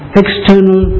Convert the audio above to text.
external